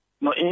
No